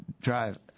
drive